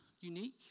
unique